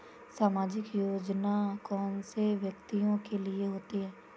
सामाजिक योजना कौन से व्यक्तियों के लिए होती है?